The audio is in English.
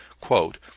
quote